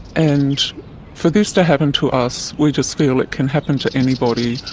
and for this to happen to us we just feel it can happen to anybody,